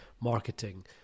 marketing